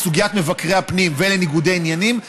לסוגיית מבקרי הפנים ולניגודי עניינים,